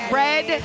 red